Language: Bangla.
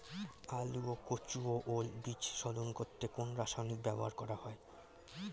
আলু ও কচু ও ওল বীজ শোধন করতে কোন রাসায়নিক ব্যবহার করা হয়?